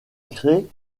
crée